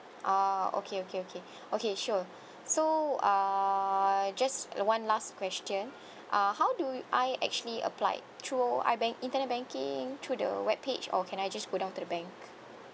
ah okay okay okay okay sure so err just one last question uh how do I actually applied through ibank~ internet banking through the web page or can I just go down to the bank